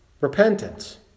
Repentance